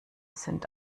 sind